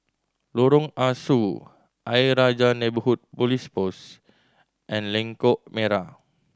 Lorong Ah Soo Ayer Rajah Neighbourhood Police Post and Lengkok Merak